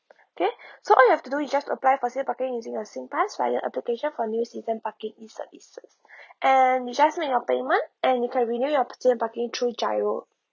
K so all you have to do is just apply for season parking using a singpass via application for new season parking e services and you just make your payment and you can renew your season parking through GIRO